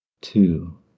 two